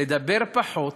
לדבר פחות